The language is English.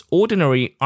ordinary